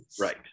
right